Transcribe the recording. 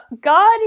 God